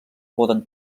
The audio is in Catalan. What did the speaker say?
poden